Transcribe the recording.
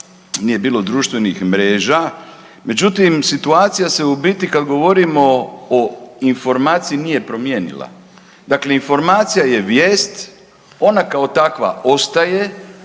nije bilo društvenim mreža, međutim, situacija se u biti, kad govorimo o informaciji, nije promijenila. Dakle informacija je vijest, ona kao takva ostaje,